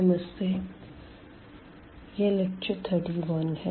नमस्ते यह लेक्चर 31 है